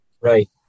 Right